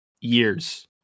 years